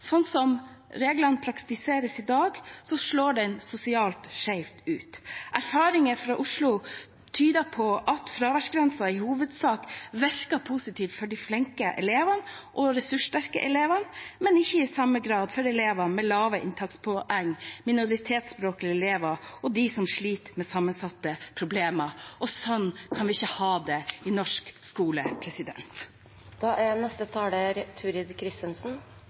Sånn som reglene praktiseres i dag, slår den sosialt skjevt ut. Erfaringer fra Oslo tyder på at fraværsgrensen i hovedsak virker positivt for de flinke elevene og de ressurssterke elevene, men ikke i samme grad for elever med lave inntakspoeng, minoritetsspråklige elever og dem som sliter med sammensatte problemer. Sånn kan vi ikke ha det i norsk skole. Det er